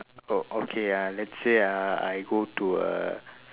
oh okay ah let's say ah I go to a